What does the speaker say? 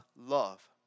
love